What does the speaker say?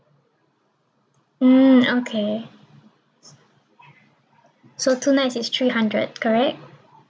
mm okay so two nights is three hundred correct